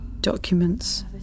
Documents